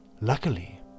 Luckily